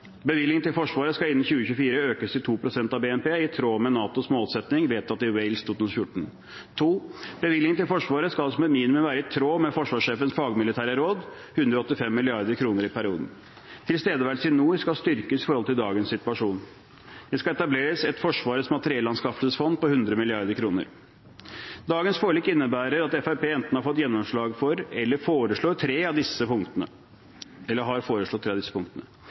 Bevilgningen til Forsvaret skal innen 2024 økes til 2 pst av BNP, i tråd med NATOs målsetting som ble vedtatt i Wales i 2014. Bevilgningen til Forsvaret skal som et minimum være i tråd med Forsvarssjefens fagmilitære råd, 185 mrd. kr i perioden. Tilstedeværelsen i nord skal styrkes i forhold til dagens situasjon. Det skal etableres et Forsvarets materiellanskaffelsesfond på 100 mrd. kr. Dagens forlik innebærer at Fremskrittspartiet enten har fått gjennomslag for eller har foreslått tre av